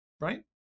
right